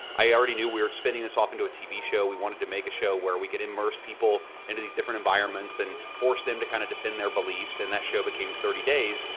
i already knew we were spinning this off into a tv show, we wanted to make a show where we could immerse people into these different environments and force them to kind of defend their beliefs, and that show became thirty days,